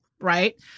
right